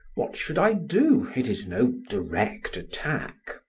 what should i do? it is no direct attack.